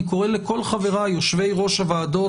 ואני קורא לכל חבריי: יושבי-ראש הוועדות,